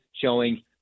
showing